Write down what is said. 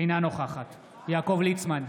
אינה נוכחת יעקב ליצמן,